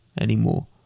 anymore